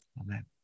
Amen